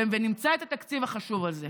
ונמצא את התקציב החשוב הזה.